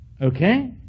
Okay